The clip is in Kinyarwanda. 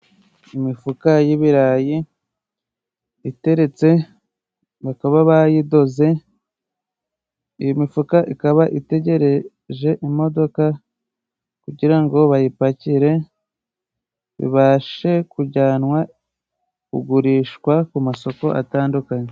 Imifuka y'ibirayi iteretse bakaba bayidoze, iyo mifuka ikaba itegereje imodoka, kugirango bayipakire ,ibashe kujyanwa kugurishwa ku masoko atandukanye.